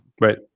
Right